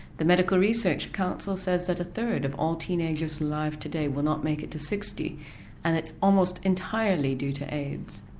the medical research council says that a third of all teenagers alive today will not make it to sixty and it's almost entirely due to aids.